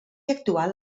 actual